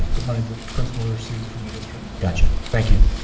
the money the principal receives from the district. gotcha. thank you.